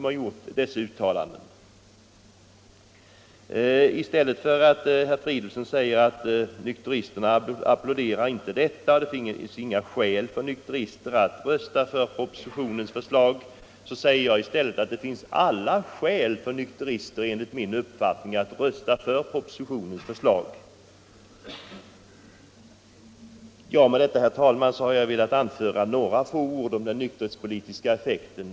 Herr Fridolfsson säger att nykteristerna inte applåderar detta köp. Det finns inga skäl för nykteristerna att rösta för propositionens förslag, påstår herr Fridolfsson. Jag säger i stället att det finns alla skäl för nykteristerna att rösta för propositionens förslag. Med detta, herr talman, har jag velat anföra några få ord om den nykterhetspolitiska effekten.